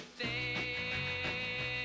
day